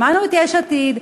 שמענו את יש עתיד,